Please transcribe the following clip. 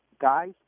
Guys